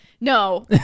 no